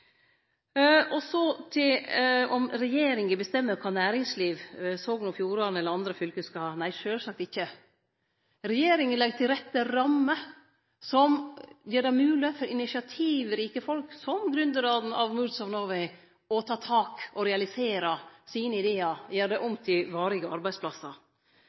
Så til om det er regjeringa som bestemmer kva næringsliv Sogn og Fjordane eller andre fylke skal ha: Nei, sjølvsagt ikkje. Regjeringa legg til rette rammer som gjer det mogleg for initiativrike folk, som gründerane av Moods of Norway, å ta tak og realisere sine idear og gjere dei om til varige arbeidsplassar.